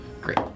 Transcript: Great